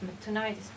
tonight